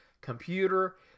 computer